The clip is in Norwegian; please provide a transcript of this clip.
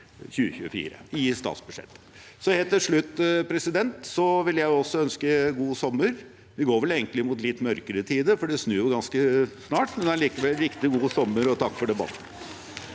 Helt til slutt vil jeg også ønske god sommer. Vi går vel egentlig mot litt mørkere tider, for det snur ganske snart, men likevel: Riktig god sommer, og takk for debatten!